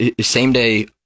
same-day